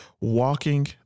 walking